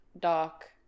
dark